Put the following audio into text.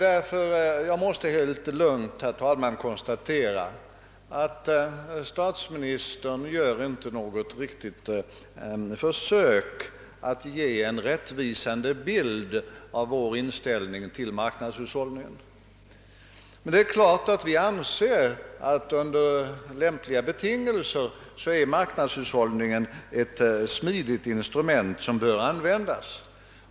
Därför konstaterar jag helt lugnt, herr talman, att statsministern inte gör något allvarligt försök att ge en rättvisande bild av vår inställning till marknadshushållningen. Vi anser att marknadshushållningen under lämpliga betingelser är ett smidigt instrument som bör användas.